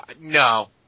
no